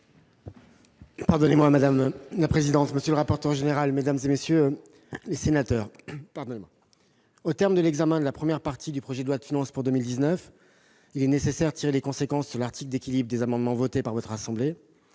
ainsi libellé : La parole est à M. le secrétaire d'État. Mesdames, messieurs les sénateurs, au terme de l'examen de la première partie du projet de loi de finances pour 2019, il est nécessaire de tirer les conséquences sur l'article d'équilibre des amendements votés par votre assemblée.